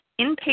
inpatient